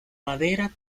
madera